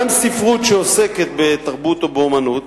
גם ספרות שעוסקת בתרבות או באמנות